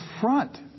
front